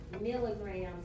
milligrams